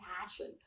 passion